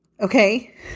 Okay